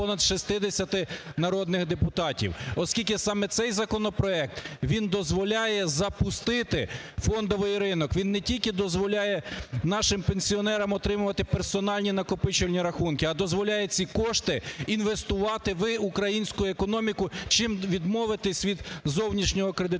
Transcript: Оскільки саме цей законопроект, він дозволяє запустити фондовий ринок, він не тільки дозволяє нашим пенсіонерам отримувати персональні накопичувальні рахунки, а дозволяє ці кошти інвестувати в українську економіку, чим відмовитися від зовнішнього кредитування.